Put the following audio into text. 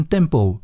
Tempo